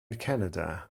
canada